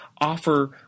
offer